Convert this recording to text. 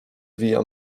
via